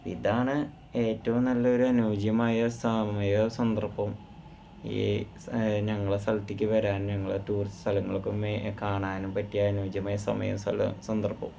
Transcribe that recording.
ഇതാണ് ഏറ്റവും നല്ല ഒരു അനുയോജ്യമായ സമയവും സന്ദര്ഭം ഈ സ് ഞങ്ങളുടെ സ്ഥലത്തേക്ക് വരാന് ഞങ്ങളുടെ ടൂറിസ്റ്റ് സ്ഥലങ്ങള് ഒക്കുമേ കാണാനും പറ്റിയ അനുയോജ്യമായ സമയവും സ്ഥലവും സന്ദര്ഭവും